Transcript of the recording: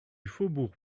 faubourg